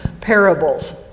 parables